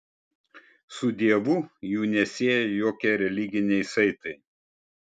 su dievu jų nesieja jokie religiniai saitai